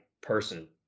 person